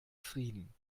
frieden